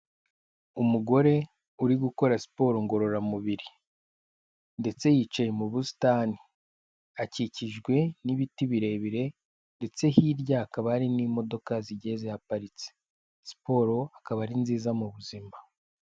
Umugore uri gukora siporo ngororamubiri ndetse yicaye mu busitani akikijwe n'ibiti birebire ndetse hirya hakaba hari n'imodoka zigiye zihaparitse, siporo akaba ari nziza mu buzima.